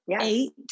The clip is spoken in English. eight